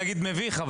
מביך,